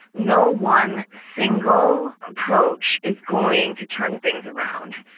no one single approach is going to turn things around.